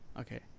okay